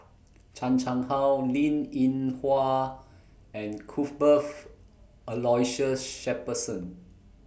Chan Chang How Linn in Hua and Cuthbert's Aloysius Shepherdson